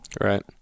Right